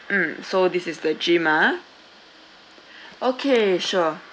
mm so this is the jim ah okay sure